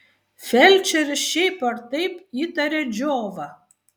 felčeris šiaip ar taip įtaria džiovą